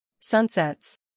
Sunsets